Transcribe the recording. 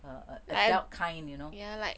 a adult kind you know